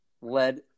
led